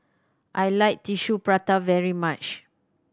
I like Tissue Prata very much